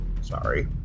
Sorry